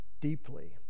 deeply